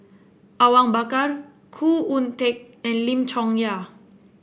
Awang Bakar Khoo Oon Teik and Lim Chong Yah